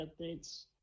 updates